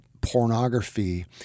pornography